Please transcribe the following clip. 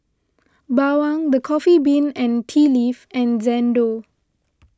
Bawang the Coffee Bean and Tea Leaf and Xndo